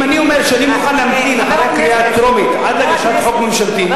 אם אני אומר שאני מוכן להמתין אחרי הקריאה הטרומית עד להגשת חוק ממשלתי,